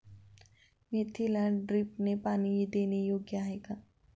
मेथीला ड्रिपने पाणी देणे योग्य आहे का?